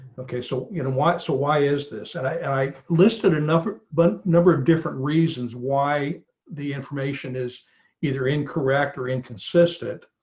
okay, so you know so why is this and i listed enough but number of different reasons why the information is either incorrect or inconsistent.